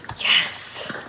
yes